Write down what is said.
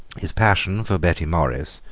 his passion for betty morrice,